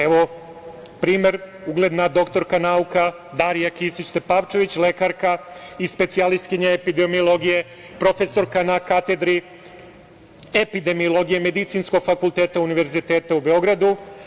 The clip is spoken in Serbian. Evo, primer, ugledna doktorka nauka Darija Kisić Tepavčević, lekarka i specijalistkinja epidemiologije, profesorka na katedri epidemiologije Medicinskog fakulteta Univerziteta u Beogradu.